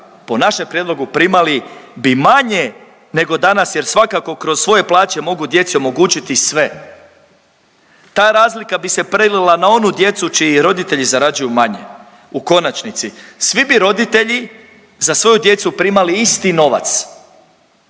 po našem prijedlogu, primali bi manje nego danas jer svakako kroz svoje plaće mogu djeci omogućiti sve. Ta razlika bi se prelila na onu djecu čiji roditelji zarađuju manje. U konačnici, svi bi roditelji za svoju djecu primali isti novac,